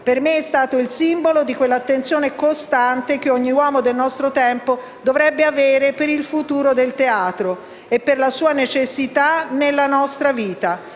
Per me è stato il simbolo di quell'attenzione costante che ogni uomo del nostro tempo dovrebbe avere per il futuro del teatro. E per la sua necessità nella nostra vita.